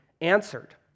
answered